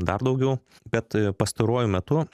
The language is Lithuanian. dar daugiau bet pastaruoju metu